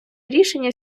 рішення